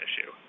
issue